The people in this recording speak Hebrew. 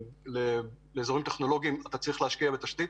לאזורים טכנולוגיים נדרשת השקעה בתשתית,